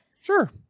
Sure